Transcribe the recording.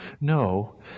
No